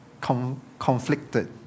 Conflicted